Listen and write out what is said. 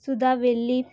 Suda Velip